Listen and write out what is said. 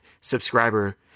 subscriber